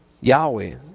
Yahweh